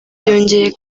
byongeye